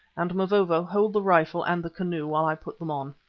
and, mavovo, hold the rifle and the canoe while i put them on.